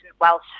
Welsh